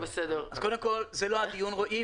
רועי, קודם כול, זה לא הדיון.